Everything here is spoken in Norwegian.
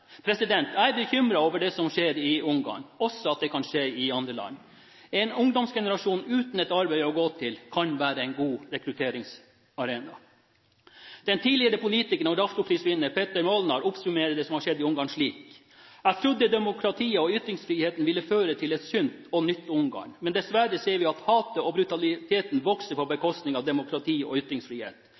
Jeg er bekymret for at det som skjer i Ungarn, også kan skje i andre land. En ungdomsgenerasjon uten et arbeid å gå til kan være en god rekrutteringsarena. Den tidligere politikeren og Rafto-prisvinneren Peter Molnar oppsummerer det som har skjedd i Ungarn slik: Jeg trodde demokrati og ytringsfrihet ville føre til et sunt og nytt Ungarn, men dessverre ser vi at hatet og brutaliteten vokser på bekostning av demokrati og ytringsfrihet.